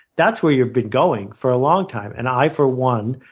that's where you've been going for a long time. and i, for one,